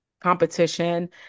competition